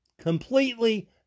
completely